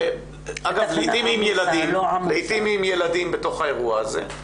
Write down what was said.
אגב, לעיתים היא עם ילדים בתוך האירוע הזה.